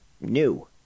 NEW